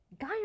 guy